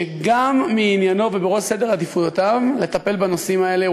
שגם מעניינו ובראש סדר עדיפויותיו לטפל בנושאים האלה.